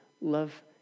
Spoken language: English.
love